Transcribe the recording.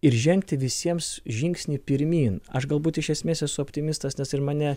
ir žengti visiems žingsnį pirmyn aš galbūt iš esmės esu optimistas nes ir mane